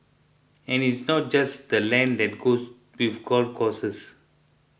and it's not just the land that goes with golf courses